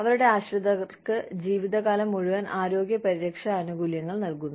അവരുടെ ആശ്രിതർക്ക് ജീവിതകാലം മുഴുവൻ ആരോഗ്യ പരിരക്ഷാ ആനുകൂല്യങ്ങൾ നൽകുന്നു